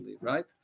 right